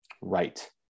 right